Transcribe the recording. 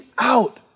out